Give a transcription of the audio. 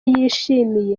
yishimiye